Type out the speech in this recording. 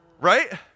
Right